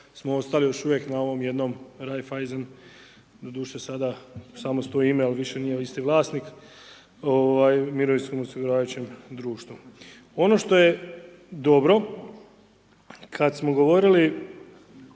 smo ostali još uvijek na ovo jednom Raiffeisen, doduše, sada samo stoji ime, ali više nije isti vlasnik mirovinskom osiguravajućem društvu. Ono što je dobro, kada smo govorili